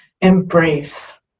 embrace